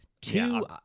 Two